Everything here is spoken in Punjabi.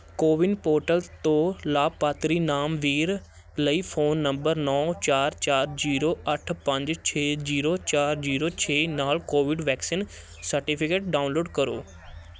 ਕੋਵਿਨ ਪੋਰਟਲ ਤੋਂ ਲਾਭਪਾਤਰੀ ਨਾਮ ਵੀਰ ਲਈ ਫ਼ੋਨ ਨੰਬਰ ਨੌ ਚਾਰ ਚਾਰ ਜੀਰੋ ਅੱਠ ਪੰਜ ਛੇ ਜੀਰੋ ਚਾਰ ਜੀਰੋ ਛੇ ਨਾਲ ਕੋਵਿਡ ਵੈਕਸੀਨ ਸਰਟੀਫਿਕੇਟ ਡਾਊਨਲੋਡ ਕਰੋ